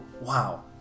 wow